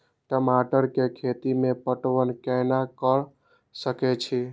टमाटर कै खैती में पटवन कैना क सके छी?